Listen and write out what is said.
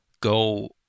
go